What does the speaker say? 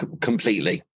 Completely